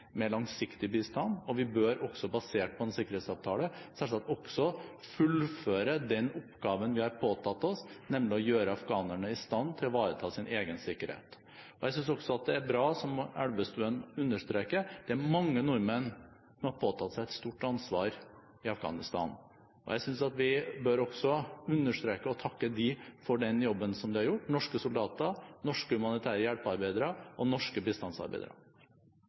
med langsiktig bistand. Vi bør også basert på en sikkerhetsavtale selvsagt også fullføre den oppgaven vi har påtatt oss, nemlig å gjøre afghanerne i stand til å ivareta sin egen sikkerhet. Jeg synes også at det er bra, som Elvestuen understreker, at det er mange nordmenn som har påtatt seg et stort ansvar i Afghanistan. Jeg synes at vi bør understreke dette og takke norske soldater, norske humanitære hjelpearbeidere og norske bistandsarbeidere for den jobben de har gjort. Replikkordskiftet er slutt. Jeg vil få takke forslagsstillerne og